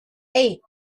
eight